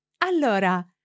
allora